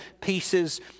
pieces